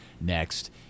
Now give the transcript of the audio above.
next